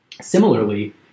Similarly